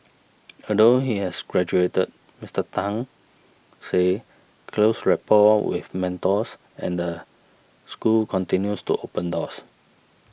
although he has graduated Mister Tan said close rapport with mentors and the school continues to open doors